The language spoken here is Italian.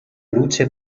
luce